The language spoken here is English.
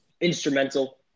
Instrumental